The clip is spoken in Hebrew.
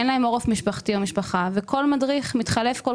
אין להם עורף משפחתי וכאשר המדריכים מתחלפים בכל